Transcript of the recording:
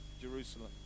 Jerusalem